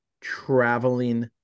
traveling